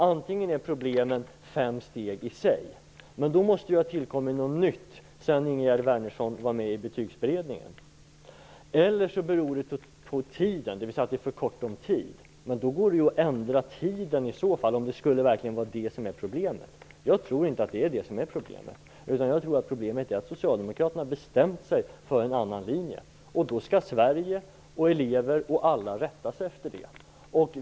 Antingen är problemet fem steg i sig, men då måste det ha tillkommit något nytt sedan Ingegerd Wärnersson var med i Betygsberedningen, eller så beror det på tiden, dvs. att det är för kort om tid. Men det går att ändra på, om det verkligen är det som är problemet. Jag tror inte att det är det som är problemet. Jag tror att problemet är att Socialdemokraterna bestämt sig för en annan linje, och då skall Sverige, elever och alla andra, rätta sig efter det.